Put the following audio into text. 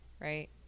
right